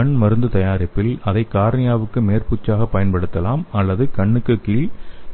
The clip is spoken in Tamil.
கண் மருந்து தயாரிப்பில் இதை கார்னியாவிற்கு மேற்பூச்சாகப் பயன்படுத்தலாம் அல்லது கண்ணுக்கும் கீழ்